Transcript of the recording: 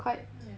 yeah